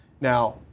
Now